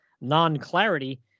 non-clarity